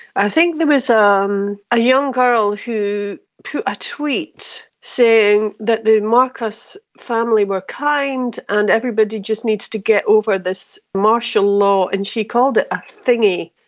i think there was um a young girl who put a tweet saying that the marcos family were kind and everybody just needs to get over this martial law, and she called it a thingy.